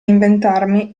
inventarmi